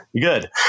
Good